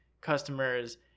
customers